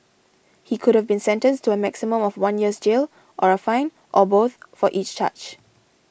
he could have been sentenced to a maximum of one year's jail or a fine or both for each charge